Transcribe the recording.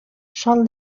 sol